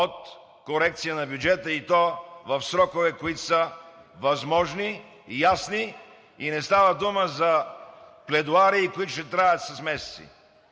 от корекция на бюджета, и то в срокове, които са възможни, ясни и не става дума за пледоарии, които ще траят с месеци.